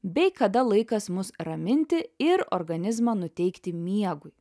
bei kada laikas mus raminti ir organizmą nuteikti miegui